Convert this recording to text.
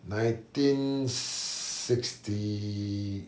nineteen sixty